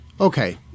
okay